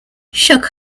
shook